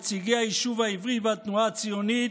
נציגי היישוב העברי והתנועה הציונית,